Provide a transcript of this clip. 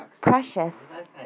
precious